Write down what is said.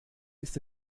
ist